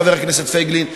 חבר הכנסת פייגלין,